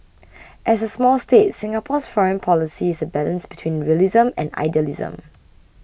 as a small state Singapore's foreign policy is a balance between realism and idealism